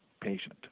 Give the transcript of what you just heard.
patient